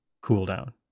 cool-down